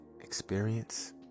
experience